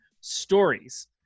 stories